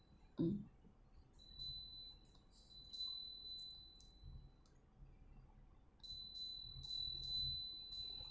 mm